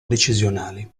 decisionali